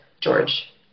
George